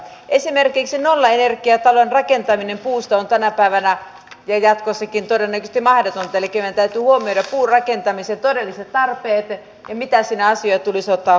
esimerkiksi nollaenergiatalon rakentaminen puusto on tänä päivänä ne jatkossakin toimii mahdoton telikin että tuomioja puurakentamisen todelliset tarpeet teko mitä sinä syöt yli sata